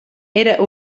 era